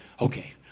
okay